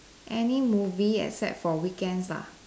any movie except for weekends lah